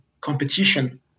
competition